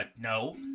no